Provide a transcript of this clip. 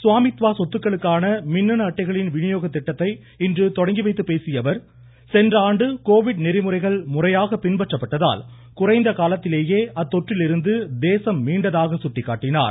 சுவாமித்வா சொத்துக்களுக்கான மின்னணு அட்டைகளின் வினியோக திட்டத்தை இன்று துவக்கி வைத்துப் பேசிய அவர் சென்ற ஆண்டு கோவிட் நெறிமுறைகள் முறையாக பின்பற்றப்பட்டதால் குறைந்த காலத்திலேயே அத்தொற்றிலிருந்து தேசம் மீண்டதாக சுட்டிக்காட்டினார்